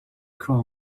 call